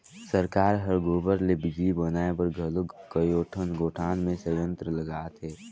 सरकार हर गोबर ले बिजली बनाए बर घलो कयोठन गोठान मे संयंत्र लगात हे